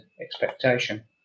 expectation